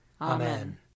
Amen